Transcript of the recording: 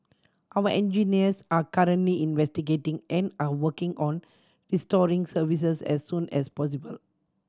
our engineers are currently investigating and are working on restoring services as soon as possible